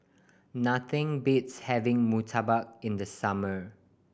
nothing beats having murtabak in the summer